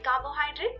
carbohydrates